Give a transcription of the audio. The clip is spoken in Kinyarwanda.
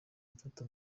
mfata